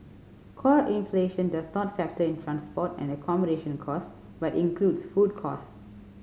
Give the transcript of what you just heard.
core inflation does not factor in transport and accommodation a cost but includes food costs